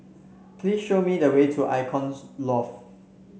please show me the way to Loft